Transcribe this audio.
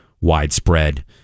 widespread